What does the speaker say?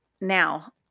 now